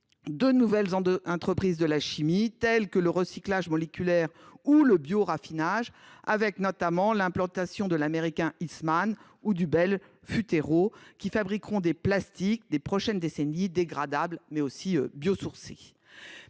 de nouveaux secteurs de la chimie, tels que le recyclage moléculaire ou le bioraffinage, avec notamment l’implantation de l’américain Eastman et du belge Futerro, qui fabriqueront le plastique des prochaines décennies, dégradables, mais aussi biosourcés.